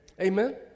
Amen